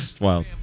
Wow